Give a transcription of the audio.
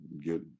get